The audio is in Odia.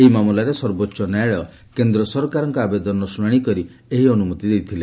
ଏହି ମାମଲାରେ ସର୍ବୋଚ୍ଚ ନ୍ୟାୟାଳୟ କେନ୍ଦ୍ର ସରକାରଙ୍କ ଆବେଦନର ଶୁଣାଶି କରି ଏହି ଅନୁମତି ଦେଇଥିଲେ